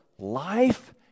Life